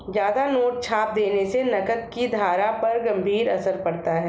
ज्यादा नोट छाप देने से नकद की धारा पर गंभीर असर पड़ता है